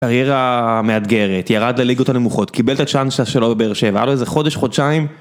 קריירה מאתגרת, ירד לליגות הנמוכות, קיבל את צ'אנס שלו בבאר שבע, היה לו איזה חודש-חודשיים.